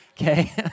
Okay